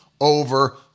over